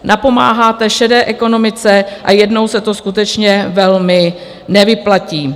Napomáháte šedé ekonomice a jednou se to skutečně velmi nevyplatí.